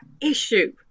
issue